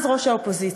אז ראש האופוזיציה,